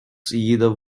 jeder